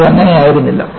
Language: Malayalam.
പക്ഷേ അങ്ങനെയായിരുന്നില്ല